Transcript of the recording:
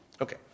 Okay